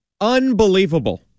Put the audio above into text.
Unbelievable